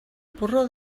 porró